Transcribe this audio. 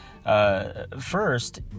First